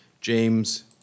James